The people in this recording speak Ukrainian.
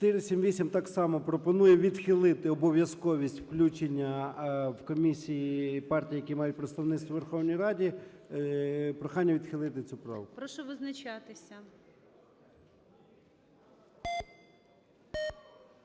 478-а. Так само пропонує відхилити обов'язковість включення в комісії і партії, які мають представництво у Верховній Раді. Прохання відхилити цю правку. ГОЛОВУЮЧИЙ. Прошу визначатись.